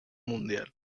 mundial